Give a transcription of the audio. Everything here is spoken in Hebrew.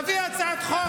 תביא הצעת חוק,